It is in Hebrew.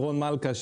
רון מלכא,